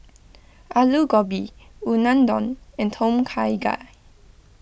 Alu Gobi Unadon and Tom Kha Gai